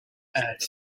add